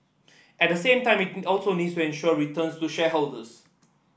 at the same time it also needs to ensure returns to shareholders